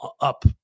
up